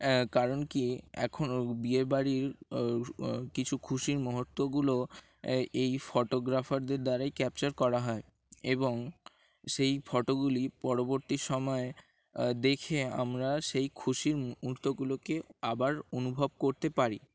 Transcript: কারণ কি এখনও বিয়ে বাাড়ির কিছু খুশির মুহূর্তগুলো এই ফটোগ্রাফারদের দ্বারাই ক্যাপচার করা হয় এবং সেই ফটোগুলি পরবর্তী সময়ে দেখে আমরা সেই খুশির মুহূর্তগুলোকে আবার অনুভব করতে পারি